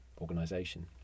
organization